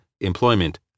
employment